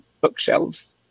bookshelves